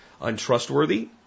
untrustworthy